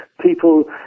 people